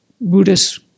Buddhist